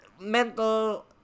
mental